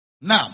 Now